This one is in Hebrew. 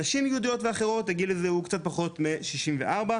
כגילוי מוקדם,